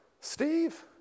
Steve